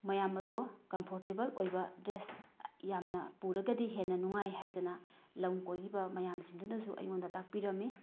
ꯃꯌꯥꯝ ꯑꯗꯣ ꯀꯝꯐꯣꯔꯗꯦꯕꯜ ꯑꯣꯏꯕ ꯗ꯭ꯔꯦꯁ ꯌꯥꯝꯅ ꯄꯨꯔꯒꯗꯤ ꯍꯦꯟꯅ ꯅꯨꯡꯉꯥꯏ ꯍꯥꯏꯗꯅ ꯂꯝ ꯀꯣꯏꯔꯤꯕ ꯃꯌꯥꯝꯁꯤꯡꯗꯨꯅꯁꯨ ꯑꯩꯉꯣꯟꯗ ꯇꯥꯛꯄꯤꯔꯝꯃꯤ